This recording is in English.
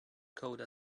code